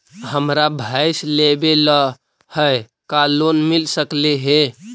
हमरा भैस लेबे ल है का लोन मिल सकले हे?